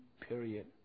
period